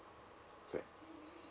right